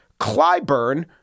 Clyburn